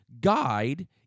guide